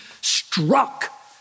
struck